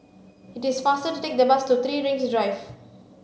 it is faster to take the bus to Three Rings Drive